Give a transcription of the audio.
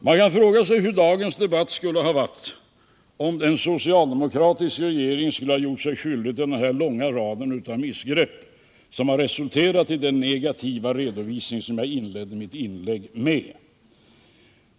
Man kan fråga sig hur dagens debatt skulle ha varit om en socialdemokratisk regering skulle ha gjort sig skyldig till den långa rad av missgrepp som resulterat i den negativa redovisning som jag inledde mitt inlägg med.